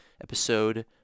episode